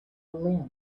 limb